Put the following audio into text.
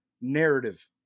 narrative